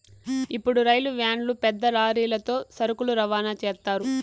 ఇప్పుడు రైలు వ్యాన్లు పెద్ద లారీలతో సరుకులు రవాణా చేత్తారు